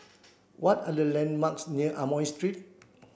what are the landmarks near Amoy Street